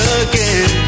again